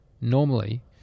normally